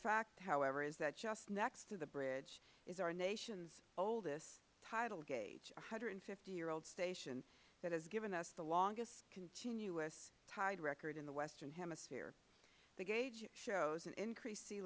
fact however is just next to the bridge is our nation's oldest tidal gauge a one hundred and fifty year old station that has given us the longest continuous tide record in the western hemisphere the gauge shows an increase